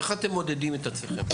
איך אתם מודדים את עצמכם?